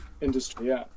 industry